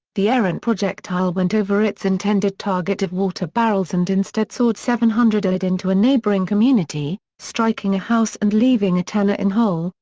the errant projectile went over its intended target of water barrels and instead soared seven hundred yd into a neighboring community, striking a house and leaving a ten ah in hole,